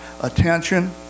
attention